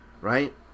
right